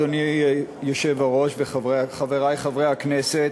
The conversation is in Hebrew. אדוני היושב-ראש וחברי חברי הכנסת,